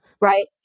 Right